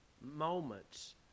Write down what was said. moments